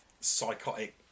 psychotic